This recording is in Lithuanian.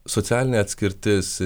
socialinė atskirtis